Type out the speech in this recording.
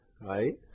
right